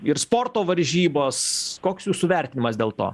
ir sporto varžybos koks jūsų vertinimas dėl to